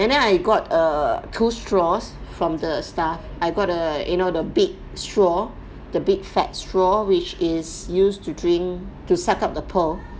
and then I got err two straws from the staff I got the you know the big straw the big fat straw which is used to drink to suck up the pearl